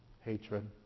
hatred